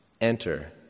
Enter